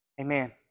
Amen